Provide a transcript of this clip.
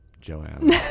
Joanne